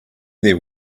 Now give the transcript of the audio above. there